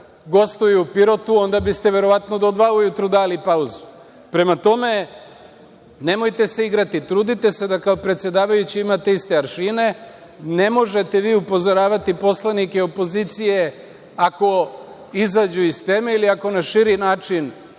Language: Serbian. gostuje u Pirotu, onda biste verovatno do dva ujutru dali pauzu. Prema tome, nemojte se igrati. Trudite se da kao predsedavajući imate iste aršine. Ne možete vi upozoravati poslanike opozicije ako izađu iz teme, ili ako na širi način